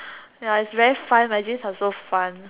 ya its very fun my dreams are so fun